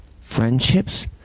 friendships